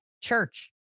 church